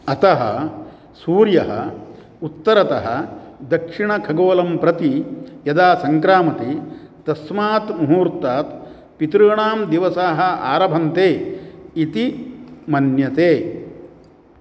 अतः सूर्यः उत्तरतः दक्षिणखगोलं प्रति यदा सङ्क्रमति तस्मात् मुहूर्तात् पितॄणां दिवसाः आरभन्ते इति मन्यते